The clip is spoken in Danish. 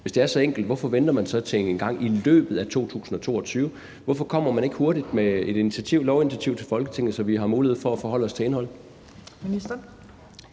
Hvis det er så enkelt, hvorfor venter man så til engang i løbet af 2022? Hvorfor kommer man ikke hurtigt med et lovinitiativ til Folketinget, så vi har mulighed for at forholde os til indholdet?